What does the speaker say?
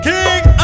KING